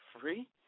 free